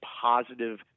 positive